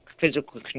physical